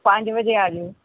ਪੰਜ ਵਜੇ ਆ ਜਾਇਓ